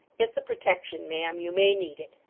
it's a protection, ma'am. you may need it